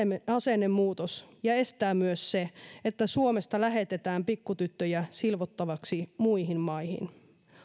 asennemuutos ja estää myös se että suomesta lähetetään pikkutyttöjä silvottavaksi muihin maihin